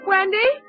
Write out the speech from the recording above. Wendy